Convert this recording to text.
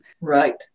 Right